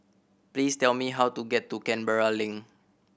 please tell me how to get to Canberra Link